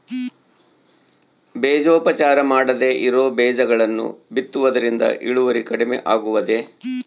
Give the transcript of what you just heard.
ಬೇಜೋಪಚಾರ ಮಾಡದೇ ಇರೋ ಬೇಜಗಳನ್ನು ಬಿತ್ತುವುದರಿಂದ ಇಳುವರಿ ಕಡಿಮೆ ಆಗುವುದೇ?